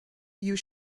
you